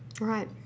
Right